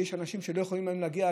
יש אנשים שלא יכולים היום להגיע,